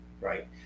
right